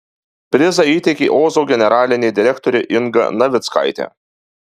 prizą įteikė ozo generalinė direktorė inga navickaitė